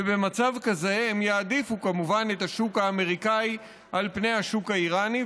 ובמצב כזה הן יעדיפו כמובן את השוק האמריקני על פני השוק האיראני,